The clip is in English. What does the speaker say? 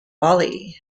bali